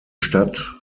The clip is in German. stadt